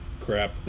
crap